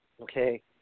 Okay